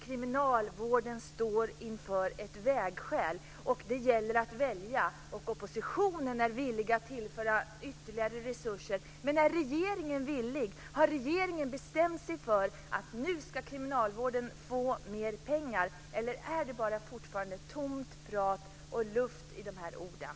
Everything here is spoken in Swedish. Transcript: Kriminalvården står inför ett vägskäl. Det gäller att välja, och oppositionen är villig att tillföra ytterligare resurser. Men är regeringen villig? Har regeringen bestämt sig för att kriminalvården nu ska få mer pengar? Eller är det fortfarande bara tomt prat och luft i de här orden?